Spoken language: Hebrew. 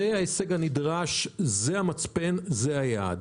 זה ההישג הנדרש, זה המצפן, זה היעד.